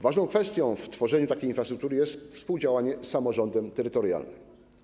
Ważną kwestią w tworzeniu takiej infrastruktury jest współdziałanie z samorządem terytorialnym.